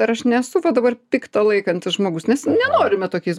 ar aš nesu va dabar pikta laikantis žmogus nes nenorime tokiais